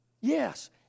yes